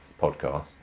podcast